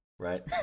right